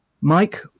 Mike